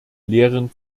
lehren